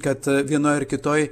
kad vienoj ar kitoj